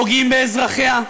פוגעים באזרחיה,